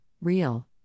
real